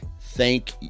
thank